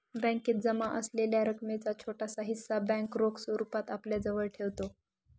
बॅकेत जमा असलेल्या रकमेचा छोटासा हिस्सा बँक रोख स्वरूपात आपल्याजवळ ठेवते